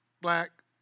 black